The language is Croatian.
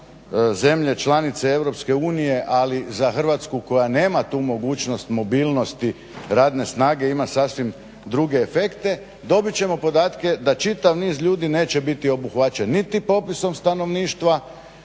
zemlje članice EU, ali za Hrvatsku koja nema tu mogućnost mobilnosti radne snage ima sasvim druge efekte dobit ćemo podatke da čitav niz ljudi neće biti obuhvaćen niti popisom stanovništva,